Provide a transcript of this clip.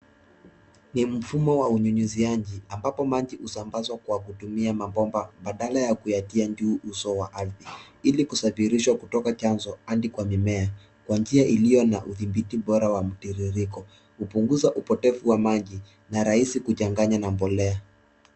Ni mfumo wa unyunyiziaji, ambapo maji husambazwa kwa kutumia mabomba labda ya kuyatia juu uso wa ardhi, ili kusafirishwa kutoka chanzo, hadi kwa mimea, kwa njia ilio na udhibiti bora wa mtiririko. Hupunguza upotevu wa maji, na rahisi kuchanganya na mbolea.